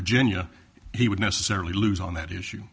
virginia he would necessarily lose on that issue